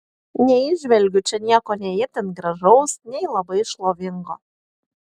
neįžvelgiu čia nieko nei itin gražaus nei labai šlovingo